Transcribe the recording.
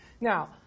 Now